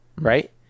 right